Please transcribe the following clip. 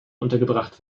untergebracht